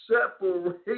separate